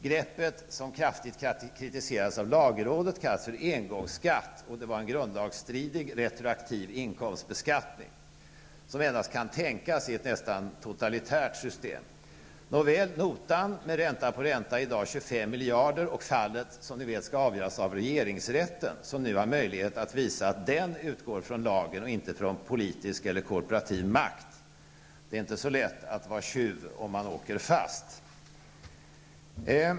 Greppet som kraftigt kritiserades av lagrådet kallades för engångsskatt, och det var en grundlagsstridig retroaktiv inkomstbeskattning som endast kan tänkas i ett nästan totalitärt system. Nåväl, notan med ränta på ränta är i dag 25 miljarder, och fallet skall, som ni vet, avgöras av regeringsrätten, som nu har möjlighet att visa att den utgår från lagen och inte från politisk eller korporativ makt. Det är inte så lätt att vara tjuv om man åker fast.